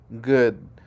good